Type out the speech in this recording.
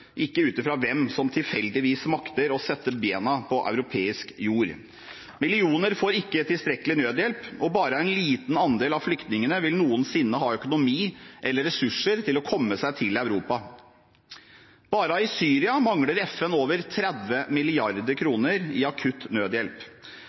ikke ut fra hvem som tilfeldigvis makter å sette bena på europeisk jord. Millioner får ikke tilstrekkelig nødhjelp, og bare en liten andel av flyktningene vil noensinne ha økonomi eller ressurser til å komme seg til Europa. Bare i Syria mangler FN over 30 mrd. kr i akutt nødhjelp.